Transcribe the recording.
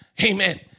Amen